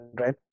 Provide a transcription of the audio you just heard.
right